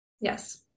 Yes